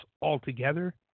altogether